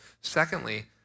Secondly